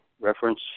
reference